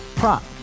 prop